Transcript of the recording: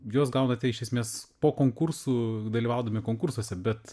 juos gaunate iš esmės po konkursų dalyvaudami konkursuose bet